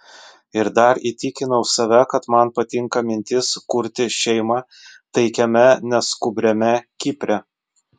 ir dar įtikinau save kad man patinka mintis kurti šeimą taikiame neskubriame kipre